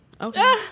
okay